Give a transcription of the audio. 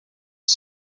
its